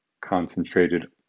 concentrated